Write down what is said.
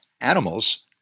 animals